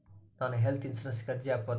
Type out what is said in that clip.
ನಾನು ಹೆಲ್ತ್ ಇನ್ಶೂರೆನ್ಸಿಗೆ ಅರ್ಜಿ ಹಾಕಬಹುದಾ?